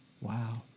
Wow